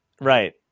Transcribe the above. Right